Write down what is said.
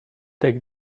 take